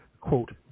quote